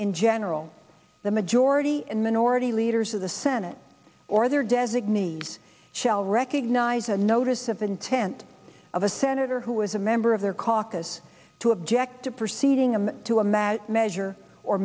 in general the majority and minority leaders of the senate or their designees shall recognize a notice of intent of a senator who is a member of their caucus to object to proceed ingham to a mat measure or